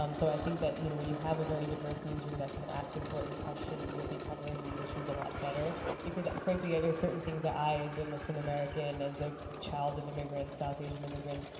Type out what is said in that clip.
um so i think that you know when you have a very diverse newsroom that can ask important questions you'll be covering these issues a lot better. because, frankly, there are certain things that i, as a muslim american, as a child of immigrants south asian immigrants,